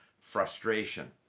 frustration